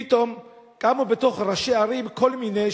פתאום קמו בקרב ראשי הערים כל מיני,